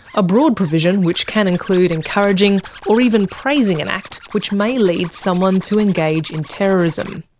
a broad provision which can include encouraging or even praising an act which may lead someone to engage in terrorism.